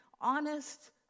honest